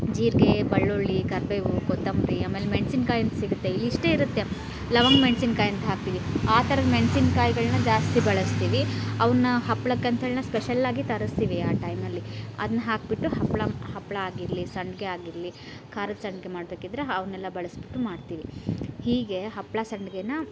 ಜೀರಿಗೆ ಬೆಳ್ಳೊಳ್ಳಿ ಕರಿಬೇವು ಕೊತ್ತಂಬರಿ ಆಮೇಲ್ ಮೆಣಸಿನ್ಕಾಯಿ ಅಂತ ಸಿಗುತ್ತೆ ಇಷ್ಟೇ ಇರುತ್ತೆ ಲವಂಗ ಮೆಣಸಿನ್ಕಾಯಿ ಅಂತ ಹಾಕ್ತೀವಿ ಆ ಥರದ್ ಮೆಣಸಿನ್ಕಾಯಿಗಳ್ನ ಜಾಸ್ತಿ ಬಳಸ್ತೀವಿ ಅವನ್ನ ಹಪ್ಳಕ್ಕೆ ಅಂತೇಳಿನೇ ಸ್ಪೆಷಲ್ಲಾಗಿ ತರಿಸ್ತೀವಿ ಆ ಟೈಮಲ್ಲಿ ಅದ್ನ ಹಾಕಿಬಿಟ್ಟು ಹಪ್ಪಳ ಹಪ್ಪಳ ಆಗಿರಲಿ ಸಂಡಿಗೆ ಆಗಿರಲಿ ಖಾರದ್ ಸಂಡಿಗೆ ಮಾಡಬೇಕಿದ್ರೆ ಅವ್ನೆಲ್ಲ ಬಳಸಿಬಿಟ್ಟು ಮಾಡ್ತೀವಿ ಹೀಗೆ ಹಪ್ಪಳ ಸಂಡಿಗೇನ